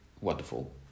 wonderful